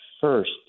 first